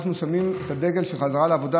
אנחנו שמים את הדגל של חזרה לעבודה,